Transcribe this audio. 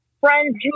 friends